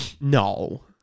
No